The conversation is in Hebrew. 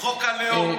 חוק הלאום,